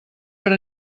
per